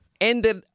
ended